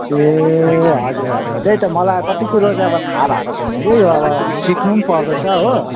ए हजुर हजुर त्यही त मलाई कति कुरो चाहिँ अब थाहा भएको छैन कि र अब सिक्नु पनि पर्दैछ हो